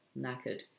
knackered